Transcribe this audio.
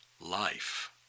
life